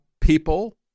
people